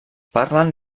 parlen